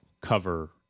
cover